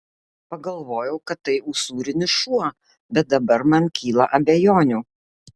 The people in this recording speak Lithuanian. pagalvojau kad tai usūrinis šuo bet dabar man kyla abejonių